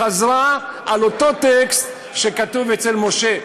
חזרה על אותו טקסט שכתוב אצל משה.